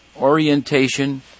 orientation